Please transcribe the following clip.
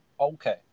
okay